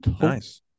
Nice